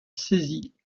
saisie